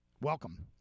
welcome